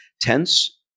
tense